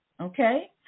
okay